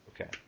Okay